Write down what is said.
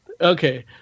Okay